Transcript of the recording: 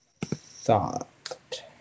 Thought